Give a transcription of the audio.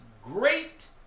great